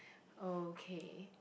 okay